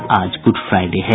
और आज good Friday है